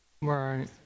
Right